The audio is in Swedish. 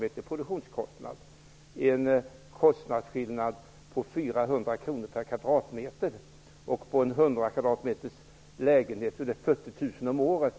Med en produktionskostnad på 10 000 kr per kvadratmeter blir det en kostnadsskillnad på kvadratmeter blir det 40 000 om året.